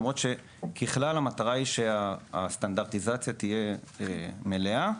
ככלל, המטרה היא שהסטנדרטיזציה תהיה מלאה.